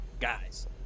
guys